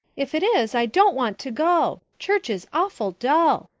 if it is i don't want to go. church is awful dull.